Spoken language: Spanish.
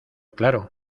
claro